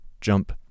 jump